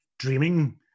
dreaming